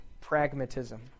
pragmatism